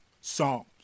Psalms